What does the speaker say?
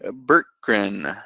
ah burkran.